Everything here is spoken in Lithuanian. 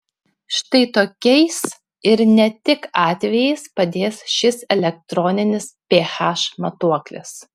štai tokiais ir ne tik atvejais padės šis elektroninis ph matuoklis